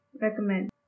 recommend